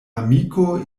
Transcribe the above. amiko